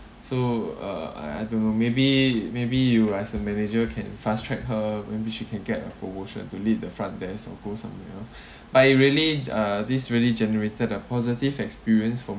so uh I I don't know maybe maybe you as a manager can fast track her maybe she can get a promotion to lead the front desk or go somewhere but it really uh this really generated a positive experience for